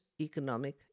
economic